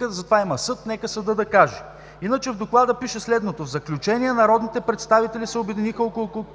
Затова има съд, нека съдът да каже. Иначе в доклада пише следното: „В заключение народните представители се обединиха около констатацията,